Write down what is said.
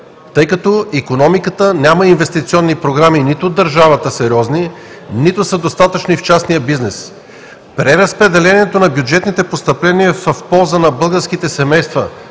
тъй като икономиката няма сериозни инвестиционни програми нито от държавата, нито са достатъчни и в частния бизнес. Преразпределението на бюджетните постъпления в полза на българските семейства